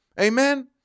Amen